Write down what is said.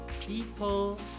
people